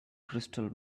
crystal